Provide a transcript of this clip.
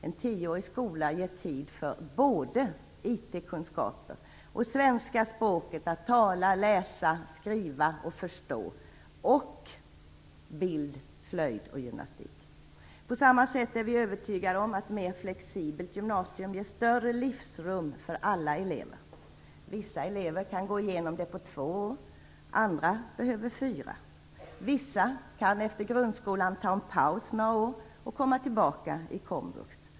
En tioårig skola ger tid för både IT-kunskaper, svenska språket - att tala, läsa, skriva och förstå - och bild, slöjd och gymnastik. På samma sätt är vi övertygade om att ett mer flexibelt gymnasium ger större livsrum för alla elever. Vissa elever kan gå igenom det på två år, andra behöver fyra år. Vissa kan efter grundskolan ta en paus några år och komma tillbaka i komvux.